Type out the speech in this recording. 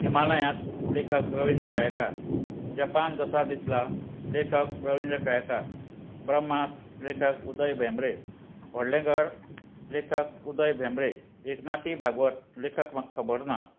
हिमालयांत लेखक रविंद्र केळेकार जपान जसा दिसला लेखक रविंद्र केळेकार ब्रह्मास लेखक उदय भेंब्रे व्हडलें घर लेखक उदय भेंब्रे एकनाथी भागवत लेखक म्हाका खबर ना